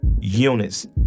units